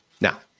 Now